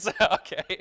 Okay